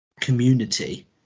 community